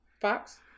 Fox